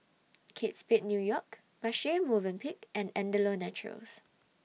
Kate Spade New York Marche Movenpick and Andalou Naturals